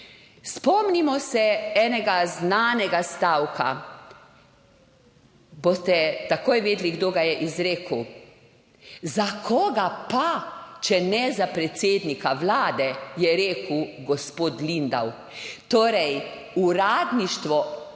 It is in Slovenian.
Spomnimo se enega znanega stavka. Boste takoj vedeli, kdo ga je izrekel. Za koga pa, če ne za predsednika vlade, je rekel gospod Lindav. Torej, uradništvo je